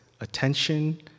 attention